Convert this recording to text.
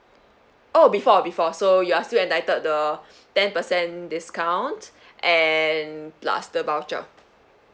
!oh! before before so you are still entitled the ten percent discount and plus the voucher